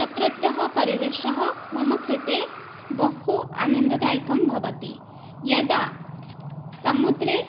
तत्रत्यः परिवेषः मम कृते बहु आनन्ददायकं भवति यदा समुद्रे